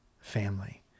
family